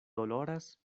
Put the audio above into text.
doloras